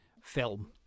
film